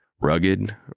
Rugged